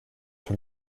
sur